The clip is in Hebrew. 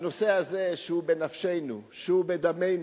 הנושא הזה שהוא בנפשנו, שהוא בדמנו,